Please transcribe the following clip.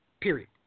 Period